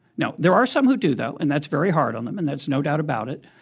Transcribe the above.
no. there are some who do, though, and that's very hard on them, and that's no doubt about it.